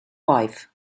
wife